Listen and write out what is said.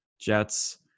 Jets